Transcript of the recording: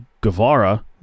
Guevara